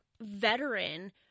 veteran